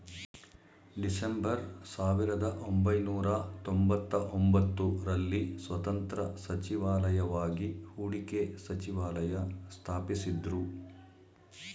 December ಸಾವಿರದಒಂಬೈನೂರ ತೊಂಬತ್ತಒಂಬತ್ತು ರಲ್ಲಿ ಸ್ವತಂತ್ರ ಸಚಿವಾಲಯವಾಗಿ ಹೂಡಿಕೆ ಸಚಿವಾಲಯ ಸ್ಥಾಪಿಸಿದ್ದ್ರು